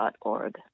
org